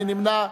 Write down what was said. מי נמנע?